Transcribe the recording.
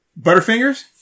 Butterfingers